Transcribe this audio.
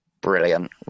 brilliant